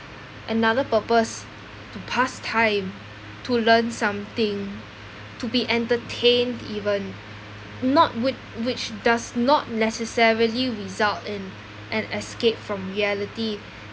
another purpose to pass time to learn something to be entertained even not whi~ which does not necessarily result in an escape from reality